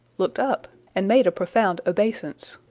looked up, and made a profound obeisance.